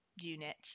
unit